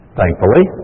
thankfully